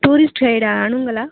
tourist guide அனுங்களா